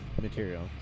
material